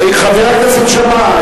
חבר הכנסת שאמה.